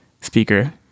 speaker